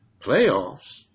Playoffs